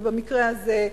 ובמקרה הזה,